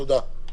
תודה.